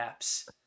apps